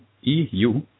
EU